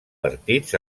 partits